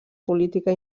política